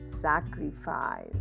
sacrifice